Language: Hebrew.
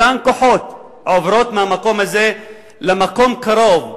אותם כוחות עוברים מהמקום הזה למקום קרוב,